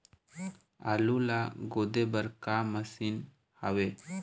आलू ला खोदे बर का मशीन हावे?